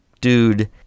dude